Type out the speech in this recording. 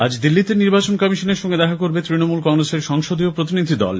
আজ দিল্লিতে নির্বাচন কমিশনের সঙ্গে দেখা করবে তৃণমূলের সংসদীয় প্রতিনিধি দল